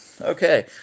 Okay